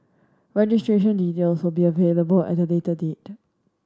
registration details will be available at a later date